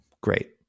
great